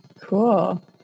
Cool